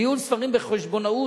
ניהול ספרים בחשבונאות,